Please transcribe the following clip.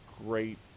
great